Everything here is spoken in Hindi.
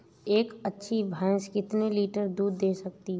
एक अच्छी भैंस कितनी लीटर दूध दे सकती है?